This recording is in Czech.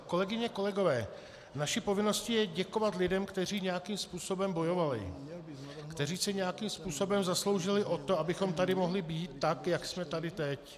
Kolegyně, kolegové, naší povinností je děkovat lidem, kteří nějakým způsobem bojovali, kteří se nějakým způsobem zasloužili o to, abychom tady mohli být tak, jak jsme tady teď.